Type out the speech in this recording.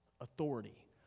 authority